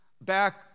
back